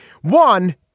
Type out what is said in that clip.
One